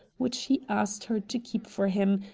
which he asked her to keep for him,